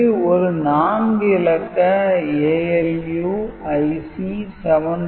இது ஒரு 4 இலக்க ALU IC 74181